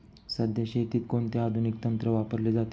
सध्या शेतीत कोणते आधुनिक तंत्र वापरले जाते?